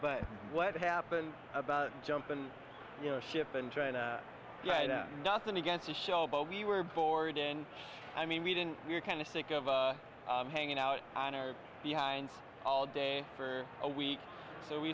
but what happened about jumping ship and trying to write up nothing against the show but we were bored and i mean we didn't we were kind of sick of hanging out on our behinds all day for a week so we